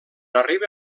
arriba